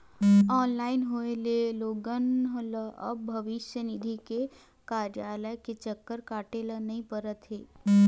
online होए ले लोगन ल अब भविस्य निधि के कारयालय के चक्कर काटे ल नइ परत हे